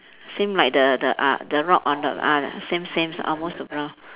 same like the the ah the rock on the ah same same almost the brown